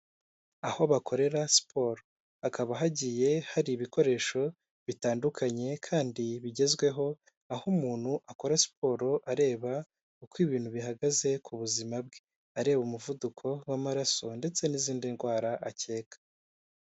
Aho bakorera siporo hakaba hagiye hari ibikoresho bitandukanye kandi bigezweho aho umuntu akora siporo areba uko ibintu bihagaze ku buzima bwe, areba umuvuduko w'amaraso ndetse n'izindi ndwara akeka.